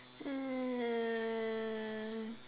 um